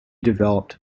developed